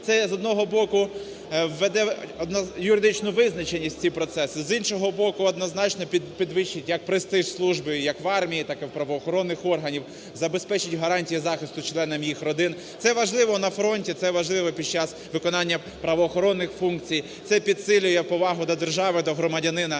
Це, з одного боку, введе юридичну визначеність в ці процеси, з іншого боку, однозначно, підвищить як престиж служби як в армії, так і в правоохоронних органах, забезпечить гарантії захисту членам їх родин. Це важливо на фронті, це важливо під час виконання правоохоронних функцій. Це підсилює повагу до держави, до громадянина